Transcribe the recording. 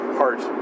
heart